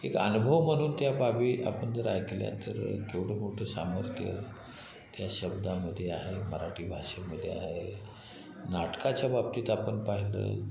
एक अनुभव म्हणून त्या बाबी आपण जर ऐकल्या तर केवढं मोठं सामर्थ्य त्या शब्दामध्ये आहे मराठी भाषेमध्ये आहे नाटकाच्या बाबतीत आपण पाहिलं